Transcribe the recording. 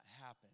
happen